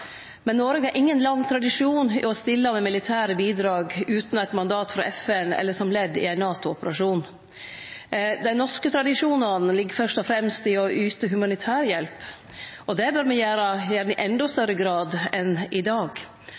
Men Noreg har ingen lang tradisjon i å stille med militære bidrag utan eit mandat frå FN eller som ledd i ein NATO-operasjon. Dei norske tradisjonane ligg fyrst og fremst i å yte humanitær hjelp, og det bør me gjere, gjerne i endå større grad enn i dag.